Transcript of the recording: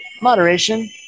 moderation